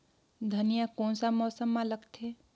धनिया कोन सा मौसम मां लगथे?